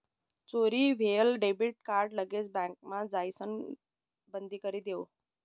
चोरी व्हयेल debit card लगेच बँकमा जाइसण बंदकरी देवो